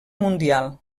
mundial